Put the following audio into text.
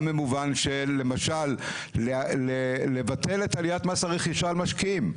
גם במובן של למשל לבטל את עליית מס הרכישה על משקיעים.